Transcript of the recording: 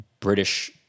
British